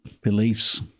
beliefs